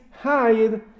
hide